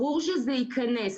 ברור שזה ייכנס.